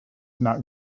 not